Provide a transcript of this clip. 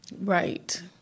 Right